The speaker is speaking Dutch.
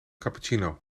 cappuccino